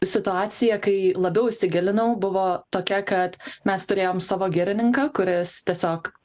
situacija kai labiau įsigilinau buvo tokia kad mes turėjom savo girininką kuris tiesiog